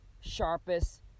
sharpest